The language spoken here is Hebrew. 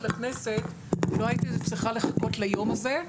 הכנסת לא הייתי צריכה לחכות ליום הזה,